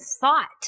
thought